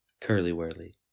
Curly-whirly